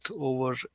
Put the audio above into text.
over